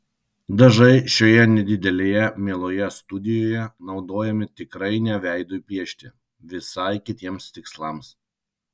dažai šioje nedidelėje mieloje studijoje naudojami tikrai ne veidui piešti visai kitiems tikslams